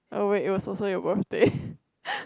oh wait it was also your birthday